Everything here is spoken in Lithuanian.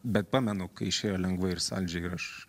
bet pamenu kai išėjo lengvai ir saldžiai aš